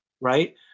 right